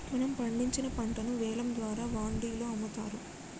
మనం పండించిన పంటను వేలం ద్వారా వాండిలో అమ్ముతారు